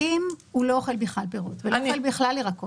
אם הוא לא אוכל בכלל פירות ולא אוכל בכלל ירקות